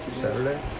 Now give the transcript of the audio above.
Saturday